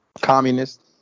communist